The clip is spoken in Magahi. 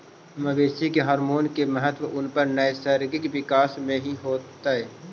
मवेशी के हॉरमोन के महत्त्व उनकर नैसर्गिक विकास में हीं तो हई